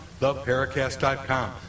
theparacast.com